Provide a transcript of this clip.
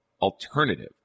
alternative